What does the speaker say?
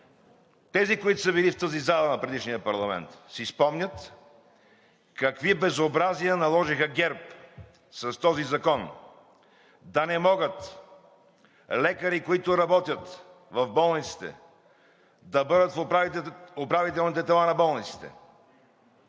Онези, които са били в тази зала в предишния парламент, си спомнят какви безобразия наложиха ГЕРБ с този закон – да не могат лекари, които работят в болниците, да бъдат в управителните тела на болниците.